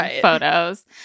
photos